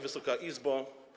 Wysoka Izbo!